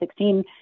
2016